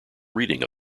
reading